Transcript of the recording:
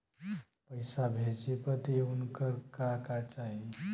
पैसा भेजे बदे उनकर का का चाही?